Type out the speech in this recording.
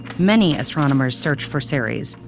many astronomers searched for ceres,